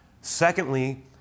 Secondly